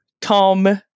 Tom